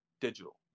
digital